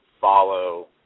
follow